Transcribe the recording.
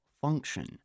function